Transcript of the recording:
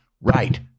right